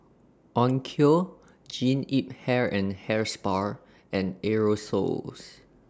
Onkyo Jean Yip Hair and Hair Spa and Aerosoles